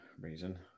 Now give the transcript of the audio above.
reason